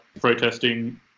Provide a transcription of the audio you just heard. protesting